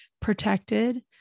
protected